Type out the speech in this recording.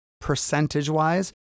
percentage-wise